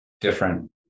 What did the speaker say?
different